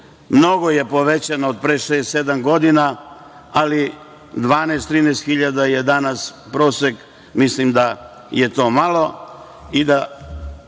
Mnogo je povećana od pre šest, sedam godina, ali 12, 13 hiljada je danas prosek. Mislim da je to malo